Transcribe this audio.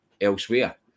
elsewhere